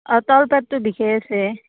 অঁ তলপেটটো বিষাই আছে